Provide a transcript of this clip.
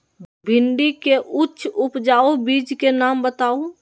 भिंडी के उच्च उपजाऊ बीज के नाम बताऊ?